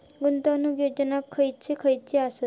गुंतवणूक योजना खयचे खयचे आसत?